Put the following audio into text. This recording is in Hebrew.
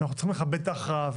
אנחנו צריכים לכבד את ההכרעה הזאת.